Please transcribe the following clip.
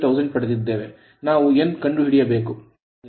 041000 ಪಡೆದಿದ್ದೇವೆ ನಾವು n ಕಂಡುಹಿಡಿಯಬೇಕು